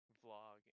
vlog